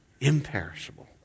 imperishable